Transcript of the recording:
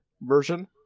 version